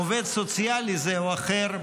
עובד סוציאלי זה או אחר,